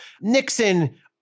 Nixon